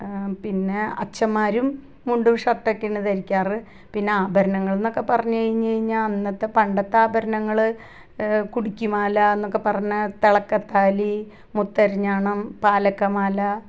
പിന്നെ അച്ഛന്മാരും മുണ്ടും ഷർട്ടുമൊക്കെയാണ് ധരിക്കാറ് പിന്നെ ആഭരണങ്ങൾ എന്നൊക്കെ പറഞ്ഞ് കഴിഞ്ഞാൽ കഴിഞ്ഞാൽ അന്നത്തെ പണ്ടത്തെ ആഭരണങ്ങൾ കുടിക്കി മാല എന്നൊക്കെ പറഞ്ഞാൽ തിളക്കത്താലി മുത്തരഞ്ഞാണം പാലക്കാ മാല